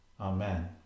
Amen